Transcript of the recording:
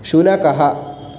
शुनकः